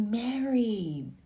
married